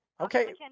Okay